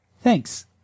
thanks